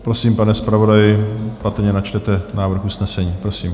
Prosím, pane zpravodaji, patrně načtete návrh usnesení, prosím.